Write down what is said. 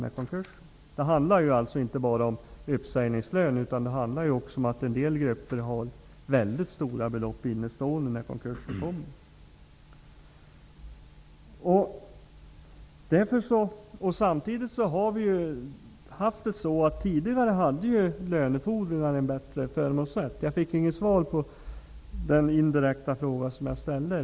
Det handlar inte bara om uppsägningslön, utan det handlar om att en del grupper har stora belopp innestående när konkursen kommer. Tidigare hade lönefordringar en bättre förmånsrätt. Jag fick inget svar på den indirekta fråga jag ställde.